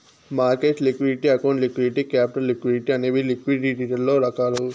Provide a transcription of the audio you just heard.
market liquidity account liquidity capital liquidity అనేవి లిక్విడిటీలలో రకాలు